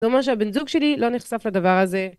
זה אומר שהבן זוג שלי לא נחשף לדבר הזה.